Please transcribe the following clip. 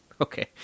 Okay